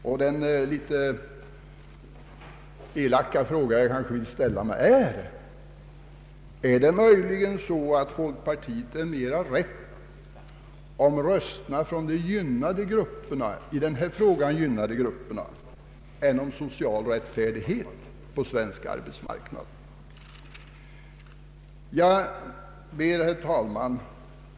Jag vill ställa den kanske något elaka frågan: Är det möjligen så att man i folkpartiet är mera rädd om rösterna från de gynnade grupperna i fråga om pensionsålder ån om social rättfärdighet på den svenska arbetsmarknaden?